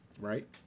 right